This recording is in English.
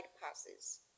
passes